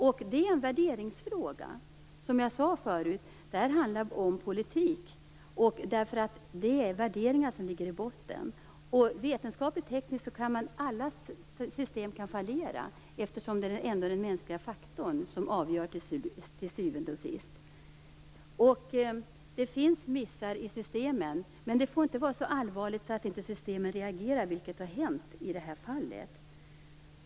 Det är en värderingsfråga. Som jag sade förut handlar det om politik - det är värderingar som ligger i botten. Vetenskapligt-tekniskt kan alla system fallera. Till syvende och sist är det den mänskliga faktorn som avgör. Det finns missar i systemen, men det får inte vara så allvarligt att systemen inte reagerar, vilket har hänt i det här fallet.